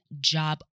job